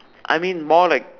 I mean more like